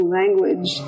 language